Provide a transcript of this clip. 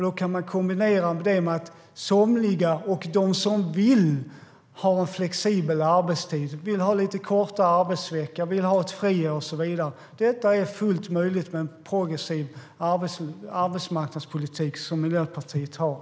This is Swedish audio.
Det kan kombineras med att somliga, och de som vill, har flexibel arbetstid. Vissa kanske vill ha lite kortare arbetsvecka, vill ha ett friår och så vidare. Det är fullt möjligt med en progressiv arbetsmarknadspolitik, vilket Miljöpartiet har.